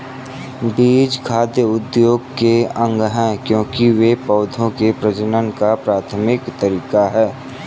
बीज खाद्य उद्योग के अंग है, क्योंकि वे पौधों के प्रजनन का प्राथमिक तरीका है